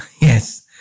Yes